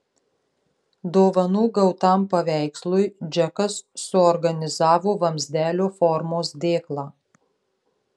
dovanų gautam paveikslui džekas suorganizavo vamzdelio formos dėklą